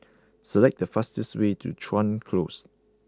select the fastest way to Chuan Close